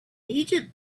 egypt